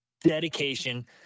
dedication